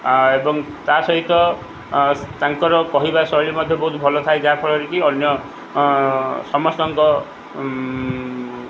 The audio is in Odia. ଏବଂ ତା' ସହିତ ତାଙ୍କର କହିବା ଶୈଳୀ ମଧ୍ୟ ବହୁତ ଭଲ ଥାଏ ଯାହା ଫଳରେ କି ଅନ୍ୟ ସମସ୍ତଙ୍କ